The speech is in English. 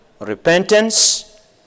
repentance